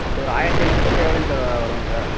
அப்போது ஒரு ஆயிரத்தி ஐந்நூறு சதுர அடி எவ்வளோங்க சார் வருங்க சார்